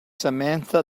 samantha